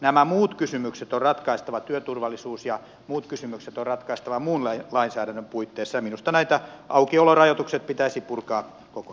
nämä työturvallisuuskysymykset ja muut kysymykset on ratkaistava työturvallisuus ja muut kysymykset ratkaistaan muun lainsäädännön puitteissa ja minusta nämä aukiolorajoitukset pitäisi purkaa kokonaan